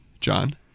John